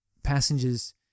Passengers